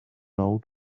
old